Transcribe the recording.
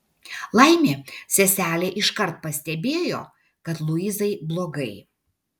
laimė seselė iškart pastebėjo kad luizai blogai